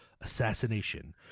assassination